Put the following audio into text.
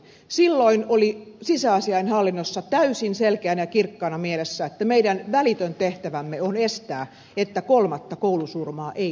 silloin oli sisäasiainhallinnossa täysin selkeänä ja kirkkaana mielessä että meidän välitön tehtävämme on estää että kolmatta koulusurmaa ei tule